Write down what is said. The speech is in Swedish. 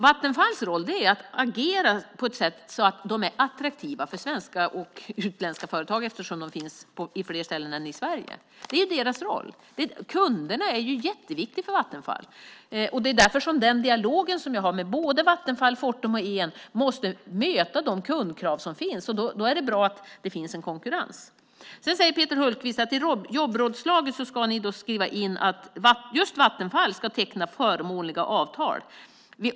Vattenfalls roll är att agera på ett sätt så att de är attraktiva för svenska och utländska företag eftersom de finns på fler ställen än i Sverige. Det är Vattenfalls roll. Kunderna är jätteviktiga för Vattenfall. Det är därför de i den dialog jag för med Vattenfall, Fortum och Eon måste möta de kundkrav som finns. Då är det bra att det finns konkurrens. Peter Hultqvist säger att ni i jobbrådslaget ska skriva in att just Vattenfall ska teckna förmånliga avtal.